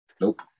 nope